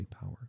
power